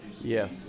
Yes